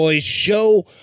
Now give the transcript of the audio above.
Show